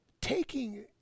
taking